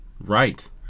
Right